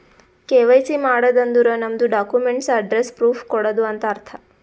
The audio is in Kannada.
ಕೆ.ವೈ.ಸಿ ಮಾಡದ್ ಅಂದುರ್ ನಮ್ದು ಡಾಕ್ಯುಮೆಂಟ್ಸ್ ಅಡ್ರೆಸ್ಸ್ ಪ್ರೂಫ್ ಕೊಡದು ಅಂತ್ ಅರ್ಥ